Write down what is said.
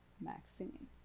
Maxine